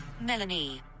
Melanie